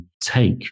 take